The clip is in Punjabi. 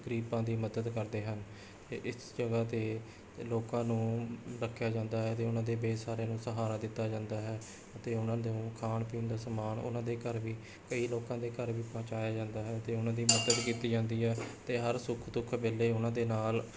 ਗਰੀਬਾਂ ਦੀ ਮਦਦ ਕਰਦੇ ਹਨ ਇਸ ਜਗ੍ਹਾ 'ਤੇ ਲੋਕਾਂ ਨੂੰ ਰੱਖਿਆ ਜਾਂਦਾ ਹੈ ਅਤੇ ਉਨ੍ਹਾਂ ਦੇ ਬੇਸਹਾਰਿਆਂ ਨੂੰ ਸਹਾਰਾ ਦਿੱਤਾ ਜਾਂਦਾ ਹੈ ਅਤੇ ਉਨ੍ਹਾਂ ਨੂੰ ਖਾਣ ਪੀਣ ਦਾ ਸਮਾਨ ਉਨ੍ਹਾਂ ਦੇ ਘਰ ਵੀ ਕਈ ਲੋਕਾਂ ਦੇ ਘਰ ਵੀ ਪਹੁੰਚਾਇਆ ਜਾਂਦਾ ਹੈ ਅਤੇ ਉਨ੍ਹਾਂ ਦੀ ਮਦਦ ਕੀਤੀ ਜਾਂਦੀ ਹੈ ਅਤੇ ਹਰ ਸੁੱਖ ਦੁੱਖ ਵੇਲੇ ਉਨ੍ਹਾਂ ਦੇ ਨਾਲ